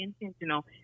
intentional